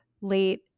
late